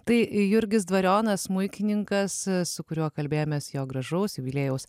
tai jurgis dvarionas smuikininkas su kuriuo kalbėjomės jo gražaus jubiliejaus